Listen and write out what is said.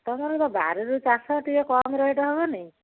ତମରପା ବାରିରୁ ଚାଷ ଟିକେ କମ୍ ରେଟ୍ ହବନି